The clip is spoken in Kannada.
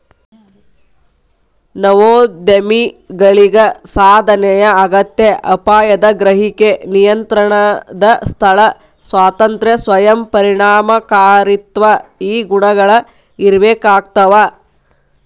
ನವೋದ್ಯಮಿಗಳಿಗ ಸಾಧನೆಯ ಅಗತ್ಯ ಅಪಾಯದ ಗ್ರಹಿಕೆ ನಿಯಂತ್ರಣದ ಸ್ಥಳ ಸ್ವಾತಂತ್ರ್ಯ ಸ್ವಯಂ ಪರಿಣಾಮಕಾರಿತ್ವ ಈ ಗುಣಗಳ ಇರ್ಬೇಕಾಗ್ತವಾ